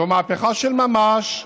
זו מהפכה של ממש.